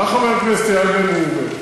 בא חבר הכנסת איל בן ראובן,